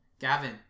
Gavin